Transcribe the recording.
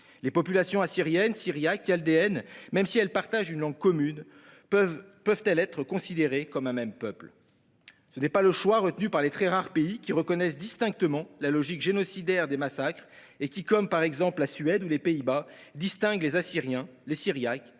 Les populations assyriennes, syriaques et chaldéennes, même si elles partagent une langue commune, peuvent-elles être considérées comme un même peuple ? Ce n'est pas le choix retenu par les très rares pays qui reconnaissent distinctement la logique génocidaire des massacres et qui, comme la Suède ou les Pays-Bas, distinguent les Assyriens, les Syriaques